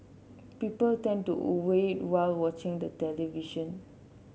people tend to over eat while watching the television